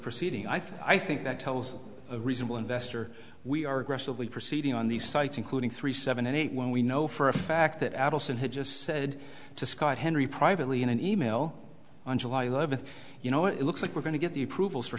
proceeding i think that tells a reasonable investor we are aggressively proceeding on these sites including three seven eight when we know for a fact that adelson had just said to scott henry privately in an e mail on july eleventh you know it looks like we're going to get the approvals for